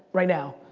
right now.